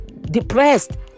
depressed